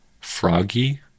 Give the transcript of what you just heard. froggy